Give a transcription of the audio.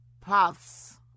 paths